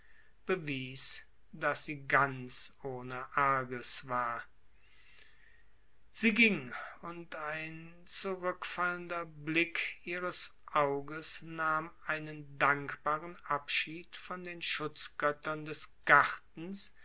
bewies daß sie ganz ohne arges war sie ging und ein zurückfallender blick ihres auges nahm einen dankbaren abschied von den schutzgöttern des gartens